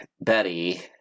Betty